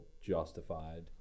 justified